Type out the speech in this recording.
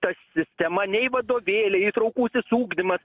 ta sistema nei vadovėliai įtraukusis ugdymas